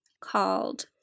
called